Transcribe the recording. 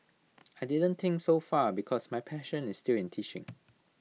I didn't think so far because my passion is still in teaching